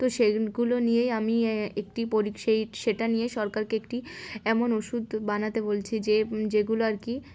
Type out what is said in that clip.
তো সেইগুলো নিয়েই আমি একটি সেই সেটা নিয়ে সরকারকে একটি এমন ওষুধ বানাতে বলছি যে যেগুলো আর কি